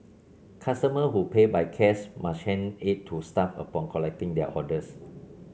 customer who pay by cash must hand it to staff upon collecting their orders